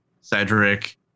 Cedric